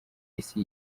isi